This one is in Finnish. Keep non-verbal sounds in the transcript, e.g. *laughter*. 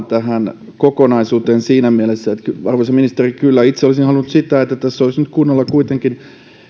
*unintelligible* tähän kokonaisuuteen siinä mielessä arvoisa ministeri että kyllä itse olisin halunnut että tässä olisi nyt kunnolla kuitenkin